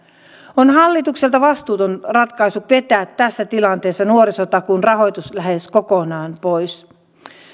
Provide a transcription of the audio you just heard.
on hallitukselta vastuuton ratkaisu vetää tässä tilanteessa nuorisotakuun rahoitus lähes kokonaan pois